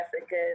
africa